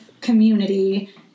community